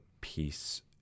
peace